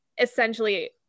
essentially